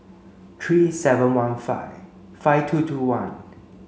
three seven one five five two two one